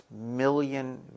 million